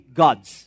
gods